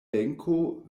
benko